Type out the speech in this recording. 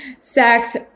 sex